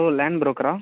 land புரோக்கரா